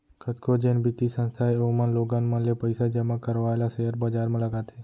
कतको जेन बित्तीय संस्था हे ओमन लोगन मन ले पइसा जमा करवाय ल सेयर बजार म लगाथे